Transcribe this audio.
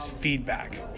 Feedback